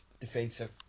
defensive